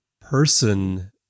person